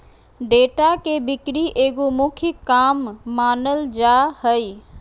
data के बिक्री एगो मुख्य काम मानल जा हइ